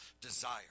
desire